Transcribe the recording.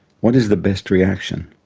what is the best reaction?